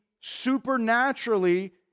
supernaturally